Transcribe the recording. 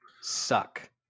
suck